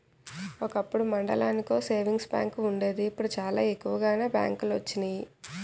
ఒకప్పుడు మండలానికో savings bank వుండేది ఇప్పుడు చాలా ఎక్కువగానే బ్యాంకులొచ్చినియి